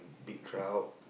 big crowd